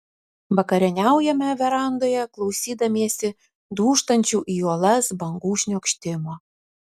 vakarieniaujame verandoje klausydamiesi dūžtančių į uolas bangų šniokštimo